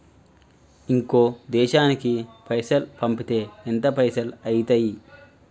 ఇంకో దేశానికి పైసల్ పంపితే ఎంత పైసలు అయితయి?